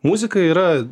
muzika yra